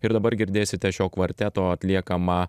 ir dabar girdėsite šio kvarteto atliekamą